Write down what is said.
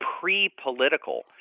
pre-political